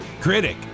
Critic